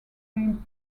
same